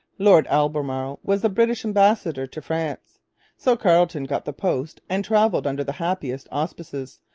lord albemarle was the british ambassador to france so carleton got the post and travelled under the happiest auspices,